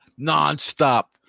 non-stop